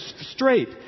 straight